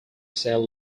cell